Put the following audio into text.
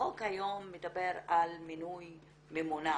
החוק היום מדבר על מינוי ממונה.